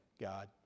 God